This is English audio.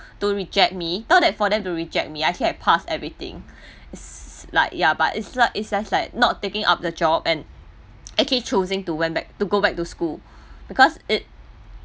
to reject me thought that for them to reject me I actually have pass everything it's like ya but it's like it's just like not taking up the job and actually choosing to went back to go back to school because it